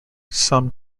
some